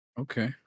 Okay